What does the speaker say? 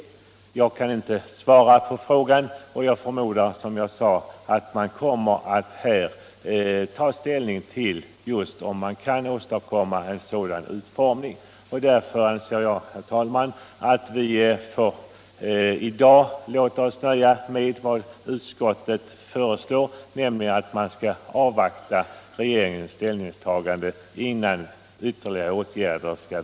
Jag kan inte svara på frågan om regeringen kommer att framlägga någon proposition, men jag antar att regeringen kommer att ta ställning till om man kan åstadkomma en sådan utformning som jag nyss citerade ur skatteutskottets betänkande. Därför anser jag, herr talman, att vi i dag får låta oss nöja med vad utskottet föreslår, nämligen att man skall avvakta regeringens ställningstagande innan ytterligare åtgärder vidtas.